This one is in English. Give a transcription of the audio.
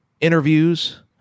interviews